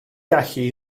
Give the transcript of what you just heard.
gallu